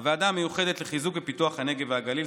הוועדה המיוחדת לחיזוק ופיתוח הנגב והגליל.